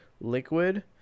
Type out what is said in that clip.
liquid